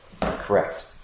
Correct